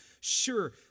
Sure